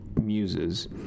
muses